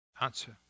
Answer